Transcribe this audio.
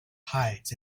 hides